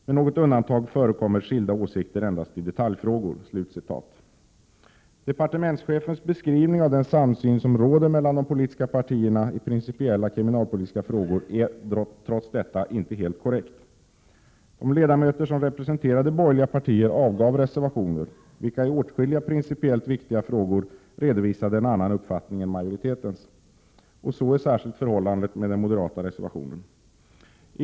Med något undantag förekommer skilda åsikter endast i detaljfrågor.” Departementschefens beskrivning av den samsyn som råder mellan de politiska partierna i principiella kriminalpolitiska frågor är trots detta inte helt korrekt. De ledamöter som representerade borgerliga partier avgav reservationer, vilka i åtskilliga principiellt viktiga frågor redovisade en annan uppfattning än majoritetens. Så är särskilt fallet med den moderata reservationen.